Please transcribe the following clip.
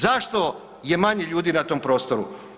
Zašto je manje ljudi na tom prostoru?